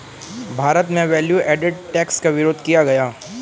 भारत में value added tax का विरोध किया गया